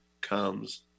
comes